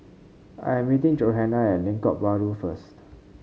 I'm meeting Johana at Lengkok Bahru first